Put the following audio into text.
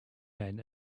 men